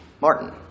martin